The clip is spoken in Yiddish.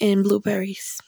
און בלובעריס